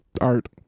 art